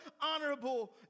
honorable